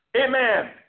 Amen